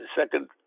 second